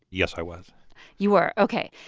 yes, i was you were? ok,